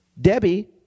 Debbie